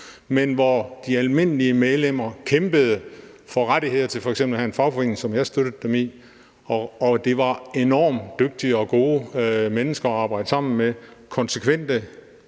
men hvor de almindelige medlemmer kæmpede for rettigheder til f.eks. at have en fagforening, hvilket jeg støttede dem i. Det var enormt dygtige og gode mennesker at arbejde sammen med. Det